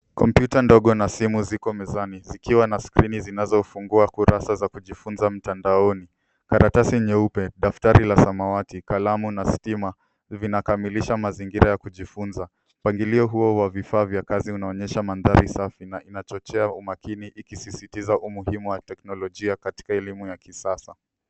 Komputa ndogo na simu ziko mezani zikiwa na skrini zinazofungua kurasa za kujifunza mtandaoni karatasi nyeupe daftari la samawati kalamu na stima vinakamilisha mazingira ya kujifunza. Mpangilio huo wa vifaa vya kazi unaonyesha madhari safi na inachochea umakini iksisitiza umuhimu wa teknlojia katika elimu ya kisasa.